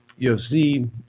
UFC